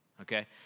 Okay